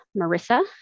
Marissa